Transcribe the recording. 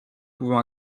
pouvant